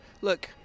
look